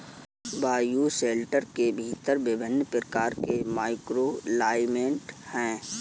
bioshelter के भीतर विभिन्न प्रकार के माइक्रोक्लाइमेट हैं